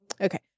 Okay